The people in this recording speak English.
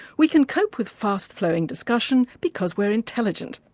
we can cope with fast-flowing discussion because we're intelligent.